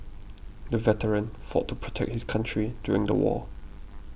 the veteran fought to protect his country during the war